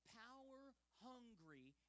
power-hungry